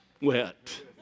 wet